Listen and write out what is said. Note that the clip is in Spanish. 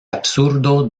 absurdo